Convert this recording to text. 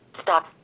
stop